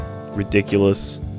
ridiculous